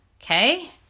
Okay